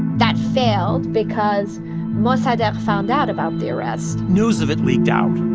that failed because mossadegh found out about the arrest news of it leaked out